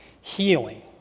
healing